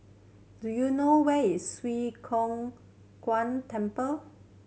do you know where is Swee Kow Kuan Temple